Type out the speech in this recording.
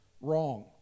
wrong